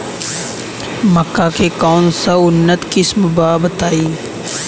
मक्का के कौन सा उन्नत किस्म बा बताई?